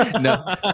no